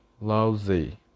lousy